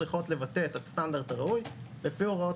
צריכות לבטא את הסטנדרט הראוי לפי הוראות